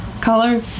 color